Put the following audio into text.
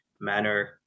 manner